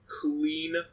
clean